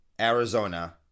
Arizona